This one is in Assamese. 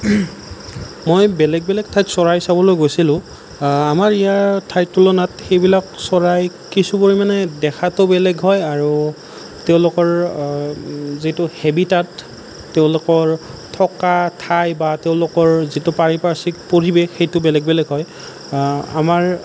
মই বেলেগ বেলেগ ঠাইত চৰাই চাবলৈ গৈছিলোঁ আমাৰ ইয়াৰ ঠাইৰ তুলনাত সেইবিলাক চৰাই কিছু পৰিমাণে দেখাতো বেলেগ হয় আৰু তেওঁলোকৰ যিটো হেবীতাত তেওঁলোকৰ থকা ঠাই বা তেওঁলোকৰ যিটো পাৰিপাৰ্শ্ৱিক পৰিৱেশ সেইটো বেলেগ বেলেগ হয় আমাৰ